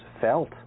felt